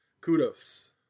Kudos